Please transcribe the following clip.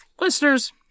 listeners